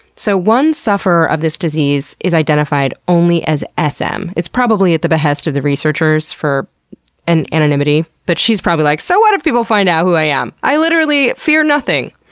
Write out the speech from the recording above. so one sufferer of this disease is identified only as s m. it's probably at the behest of the researchers for and anonymity but she's probably like, so what if people find out who i am? i literally fear nothing!